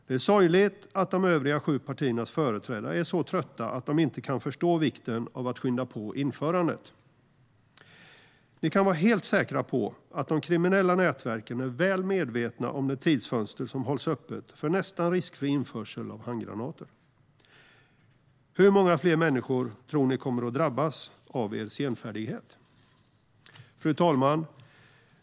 Det är sorgligt att de övriga sju partiernas företrädare är så trötta att de inte kan förstå vikten av att skynda på införandet. Ni kan vara helt säkra på att de kriminella nätverken är väl medvetna om det tidsfönster som hålls öppet för nästan riskfri införsel av handgranater. Hur många flera människor tror ni kommer att drabbas på grund av er senfärdighet? Fru talman!